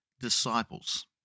disciples